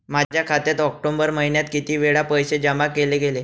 माझ्या खात्यात ऑक्टोबर महिन्यात किती वेळा पैसे जमा केले गेले?